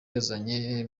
yazanye